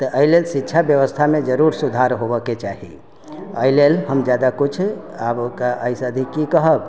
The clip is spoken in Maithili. तऽ एहि लेल शिक्षा व्यवस्थामे जरूर सुधार होबऽके चाही एहि लेल हम जादा किछु आब अइसँ अधिक की कहब